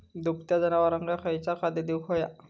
दुभत्या जनावरांका खयचा खाद्य देऊक व्हया?